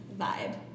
vibe